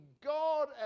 God